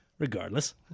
Regardless